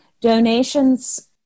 Donations